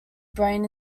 brain